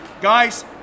guys